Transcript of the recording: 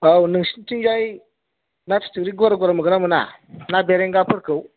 औ नोंसिनिथिंजाय ना फिथिख्रि गुवार गुवार मोनगोना मोना ना बेरेंगाफोरखौ